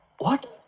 what!